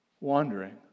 wandering